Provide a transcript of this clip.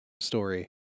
story